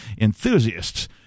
enthusiasts